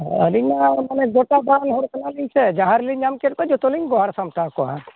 ᱦᱳᱭ ᱟᱹᱞᱤᱧᱢᱟ ᱜᱚᱴᱟ ᱫᱟᱲᱟᱱ ᱦᱚᱲ ᱠᱟᱱᱟᱞᱤᱧ ᱥᱮ ᱡᱟᱦᱟᱸ ᱨᱮᱞᱤᱧ ᱧᱟᱢ ᱠᱮᱫ ᱠᱚᱣᱟ ᱡᱚᱛᱚᱞᱤᱧ ᱜᱚᱦᱚᱲ ᱥᱟᱢᱴᱟᱣ ᱠᱚᱣᱟ